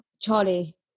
Charlie